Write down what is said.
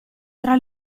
tra